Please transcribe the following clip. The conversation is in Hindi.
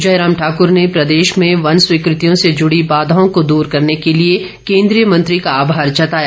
जयराम ठाकर ने प्रदेश में वन स्वीकृतियों से जुड़ी बाधाओं को दूर करने के लिए केन्द्रीय मंत्री का आभार जताया